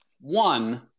One